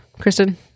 kristen